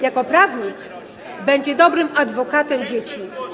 Jako prawnik będzie dobrym adwokatem dzieci.